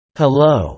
hello